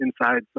inside